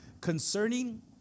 concerning